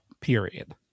period